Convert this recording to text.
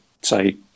say